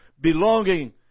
belonging